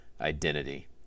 identity